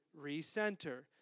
Recenter